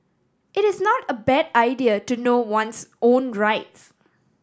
it is not a bad idea to know one's own rights